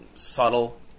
subtle